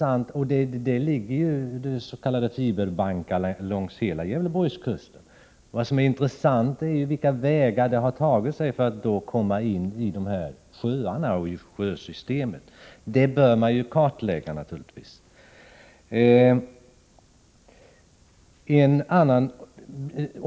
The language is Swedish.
Det ligger s.k. fiberbankar längs hela Gävleborgskusten. Vad som är intressant är på vilka vägar kvicksilvret har tagit sig in i sjöarna och sjösystemen. Detta bör man naturligtvis kartlägga.